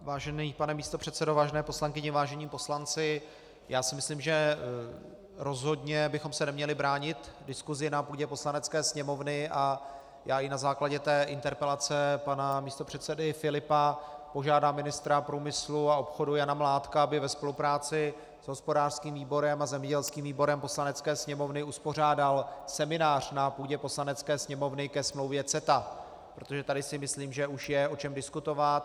Vážený pane místopředsedo, vážené poslankyně, vážení poslanci, myslím si, že rozhodně bychom se neměli bránit diskusi na půdě Poslanecké sněmovny, a já i na základě interpelace pana místopředsedy Filipa požádám ministra průmyslu a obchodu Jana Mládka, aby ve spolupráci s hospodářským výborem a zemědělským výborem Poslanecké sněmovny uspořádal seminář na půdě Poslanecké sněmovny ke smlouvě CETA, protože tady si myslím, že už je o čem diskutovat.